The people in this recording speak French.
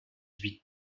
huit